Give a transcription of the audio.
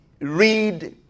read